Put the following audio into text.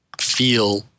feel